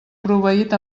proveït